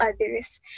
others